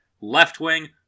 Left-wing